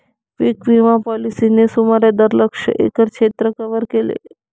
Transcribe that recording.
पीक विमा पॉलिसींनी सुमारे दशलक्ष एकर क्षेत्र कव्हर केले